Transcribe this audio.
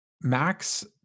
max